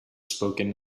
spoken